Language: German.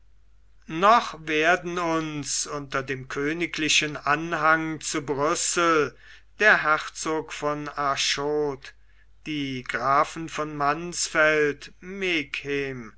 noch werden uns unter dem königlichen anhang zu brüssel der herzog von arschot die grafen von mansfeld